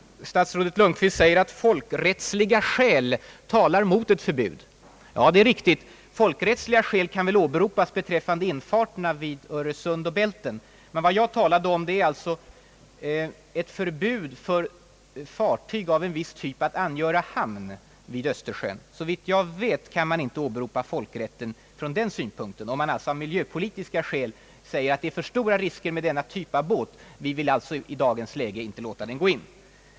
Statsrådet Lundkvist säger att folk rättsliga skäl talar mot ett förbud. Det är riktigt, folkrättsliga skäl kan åberopas vid infarterna vid Öresund och Bälten. Men jag talade om ett förbud för fartyg av en viss typ att angöra hamn vid Östersjön. Såvitt jag vet kan inte folkrätten åberopas i det sammanhanget, dvs. om man av miljöpolitiska skäl anser att det är för stora risker med denna fartygstyp och man därför inte vill tillåta sådan sjöfart i Östersjön.